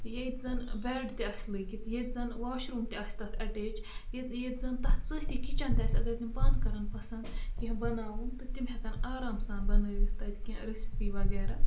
ییٚتہِ زَن بٮ۪ڈ تہِ آسہِ لٲگِتھ ییٚتہِ زَن واش روٗم تہِ آسہِ تَتھ اَٹیچ ییٚتہِ ییٚتہِ زَن تَتھ سۭتی کِچَن تہِ آسہِ اگر تِم پانہٕ کَرَن پَسنٛد کینٛہہ بَناوُن تہٕ تِم ہٮ۪کَن آرام سان بَنٲوِتھ تَتہِ کینٛہہ ریسِپی وغیرہ